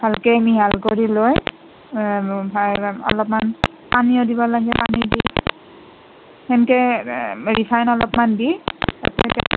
ভালকৈ মিহল কৰি লৈ অলপমান পানীও দিব লাগে পানী দি সেনেকৈ ৰিফাইন অলপমান দি